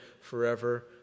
forever